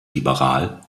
liberal